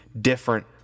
different